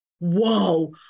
whoa